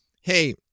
hey